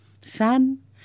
Son